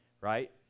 right